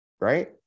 right